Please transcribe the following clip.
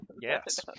Yes